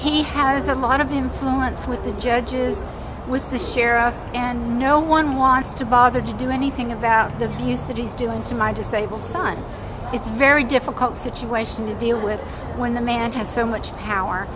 he has a lot of influence with the judges with the sheriff and no one wants to bother to do anything about the abuse that he's doing to my disabled son it's very difficult situation to deal with when the man has so much power